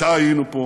מתי היינו פה